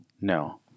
No